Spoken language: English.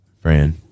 Friend